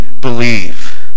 believe